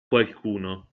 qualcuno